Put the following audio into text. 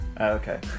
Okay